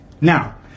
Now